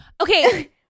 Okay